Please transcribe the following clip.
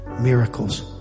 miracles